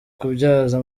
kubyaza